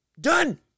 done